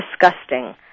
disgusting